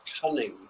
cunning